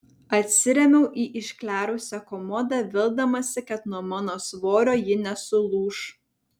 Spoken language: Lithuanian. atsirėmiau į išklerusią komodą vildamasi kad nuo mano svorio ji nesulūš